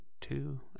two